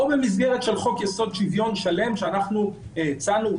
או במסגרת חוק יסוד שוויון שלם שאנחנו הצענו.